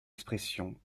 expressions